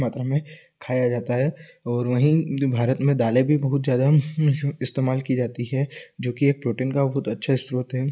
मात्रा में खाया जाता है और वहीं भारत में दालें भी बहुत ज़्यादा इस्तेमाल की जाती है जो कि एक प्रोटीन का बहुत अच्छा स्रोत है